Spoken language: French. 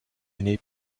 année